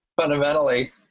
fundamentally